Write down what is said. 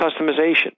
customization